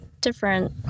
different